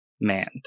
manned